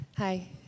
Hi